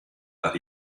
that